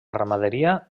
ramaderia